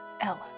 Ella